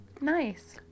Nice